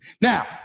Now